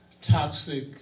toxic